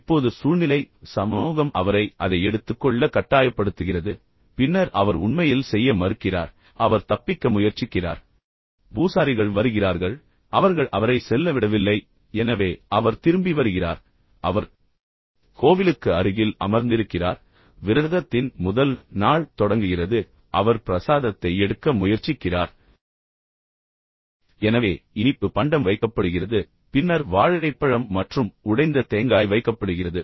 இப்போது சூழ்நிலை சமூகம் அவரை அதை எடுத்துக்கொள்ள கட்டாயப்படுத்துகிறது பின்னர் அவர் உண்மையில் செய்ய மறுக்கிறார் அவர் தப்பிக்க முயற்சிக்கிறார் ஆனால் பின்னர் பூசாரிகள் வருகிறார்கள் பின்னர் அவர்கள் அவரை செல்ல விடவில்லை எனவே அவர் திரும்பி வருகிறார் பின்னர் அவர் கோவிலுக்கு அருகில் அமர்ந்திருக்கிறார் விரதத்தின் முதல் நாள் தொடங்குகிறது பின்னர் அவர் பிரசாதத்தை எடுக்க முயற்சிக்கிறார் எனவே இனிப்பு பண்டம் வைக்கப்படுகிறது பின்னர் வாழைப்பழம் மற்றும் உடைந்த தேங்காய் வைக்கப்படுகிறது